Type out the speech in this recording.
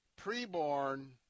preborn